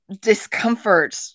discomfort